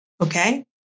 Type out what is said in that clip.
Okay